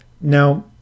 now